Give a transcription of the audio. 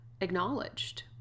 acknowledged